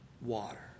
water